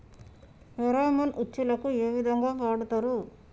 Pheromone ఉచ్చులకు ఏ విధంగా వాడుతరు?